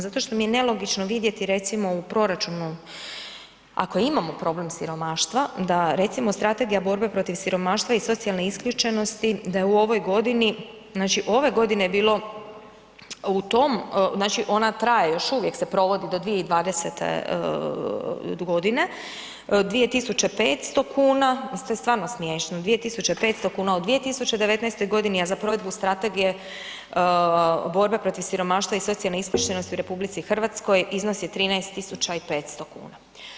Zato što mi je nelogično vidjeti recimo u proračunu ako imamo problem siromaštva, da recimo strategija borbe protiv siromaštva i socijalne isključenosti da je u ovoj godini, znači ove godine je bilo u tom, znači ona traje još uvijek se provodi do 2020. godine, 2.500 kuna to je stvarno smiješno, 2.500 kuna u 2019. godini, a za provedbu Strategije borbe protiv siromaštva i socijalne isključenosti u RH iznos je 13.500 kuna.